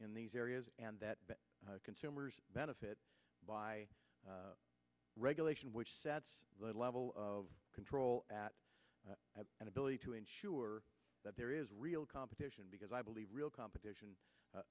in these areas and that consumers benefit by regulation which sets the level of control that have an ability to ensure that there is real competition because i believe real competition